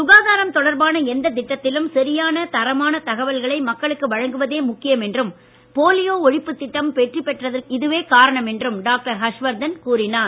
சுகாதாரம் தொடர்பான எந்த திட்டத்திலும் சரியான தரமான தகவல்களை மக்களுக்கு வழங்குவதே முக்கியம் என்றும் போலியோ ஒழிப்பு திட்டம் வெற்றி பெற்றதற்கு இதுவே காரணம் என்றும் டாக்டர் ஹர்ஷவர்தன் கூறினார்